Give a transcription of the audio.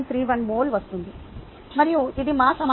31 mole వస్తుంది మరియు ఇది మా సమాధానం